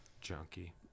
Junkie